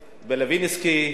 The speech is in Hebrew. בלווינסקי,